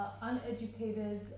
uneducated